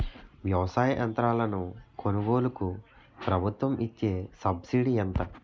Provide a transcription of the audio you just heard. వ్యవసాయ యంత్రాలను కొనుగోలుకు ప్రభుత్వం ఇచ్చే సబ్సిడీ ఎంత?